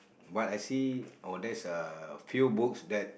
but I see oh that's a few books that